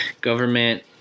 government